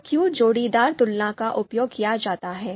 तो क्यों जोड़ीदार तुलना का उपयोग किया जाता है